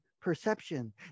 perception